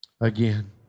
again